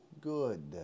good